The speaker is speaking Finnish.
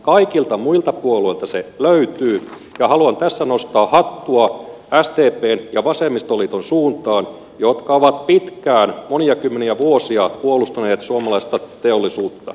kaikilta muilta puolueilta se löytyy ja haluan tässä nostaa hattua sdpn ja vasemmistoliiton suuntaan jotka ovat pitkään monia kymmeniä vuosia puolustaneet suomalaista teollisuutta